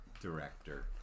director